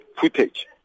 footage